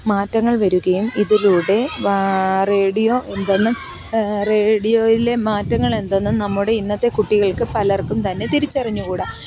മാറ്റങ്ങൾ വരുകയും ഇതിലൂടെ റേഡിയോ എന്തെന്ന് റേഡിയോയിലെ മാറ്റങ്ങളെന്തെന്ന് നമ്മുടെയിന്നത്തെ കുട്ടികൾക്ക് പലർക്കും തന്നെ തിരിച്ചറിഞ്ഞുകൂടാ